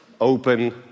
open